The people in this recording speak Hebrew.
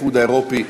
האיחוד האירופי,